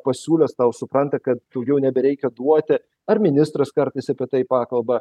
pasiūlęs tau supranta kad daugiau nebereikia duoti ar ministras kartais apie tai pakalba